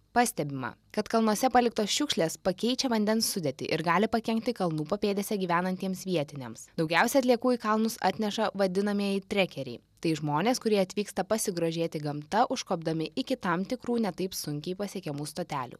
pastebima kad kalnuose paliktos šiukšlės pakeičia vandens sudėtį ir gali pakenkti kalnų papėdėse gyvenantiems vietiniams daugiausia atliekų į kalnus atneša vadinamieji trekeriai tai žmonės kurie atvyksta pasigrožėti gamta užkopdami iki tam tikrų ne taip sunkiai pasiekiamų stotelių